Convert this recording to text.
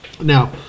Now